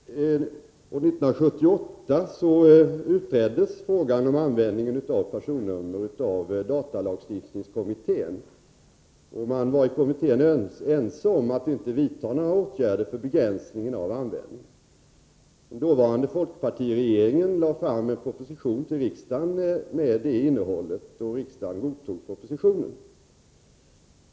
Fru talman! År 1978 utredde datalagstiftningskommittén frågan om användningen av personnummer. Man var i kommittén ense om att inte föreslå några åtgärder för en begränsning av användningen. Den dåvarande folkpartiregeringen lade till riksdagen fram en proposition med det innehållet. Riksdagen godtog propositionen.